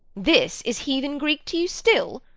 this is heathen greek to you still!